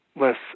less